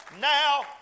now